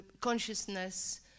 consciousness